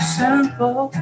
simple